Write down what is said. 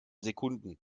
sekunden